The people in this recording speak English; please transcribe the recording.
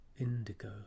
indigo